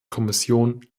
kommission